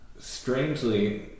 strangely